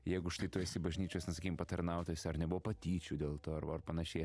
jeigu štai tu esi bažnyčios patarnautojas ar nebuvo patyčių dėl to ar ar panašiai